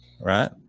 Right